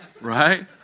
Right